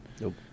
Nope